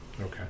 Okay